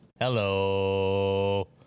Hello